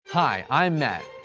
hi, i'm matt,